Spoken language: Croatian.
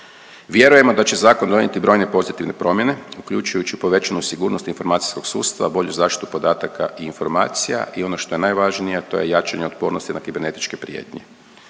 Vjerujemo da će zakon donijeti brojne pozitivne promjene uključujući povećanu sigurnost informacijskog sustava, bolju zaštitu podataka i informacija i ono što je najvažnije, a to je jačanje otpornosti na kibernetičke prijetnje.